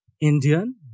Indian